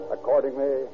Accordingly